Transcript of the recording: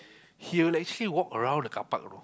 he will actually walk around the carpark though